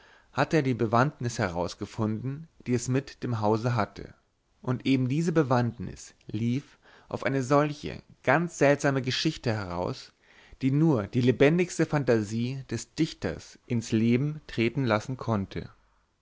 hatte er die bewandtnis herausgefunden die es mit dem hause hatte und eben diese bewandtnis lief auf eine solche ganz seltsame geschichte heraus die nur die lebendigste fantasie des dichters ins leben treten lassen konnte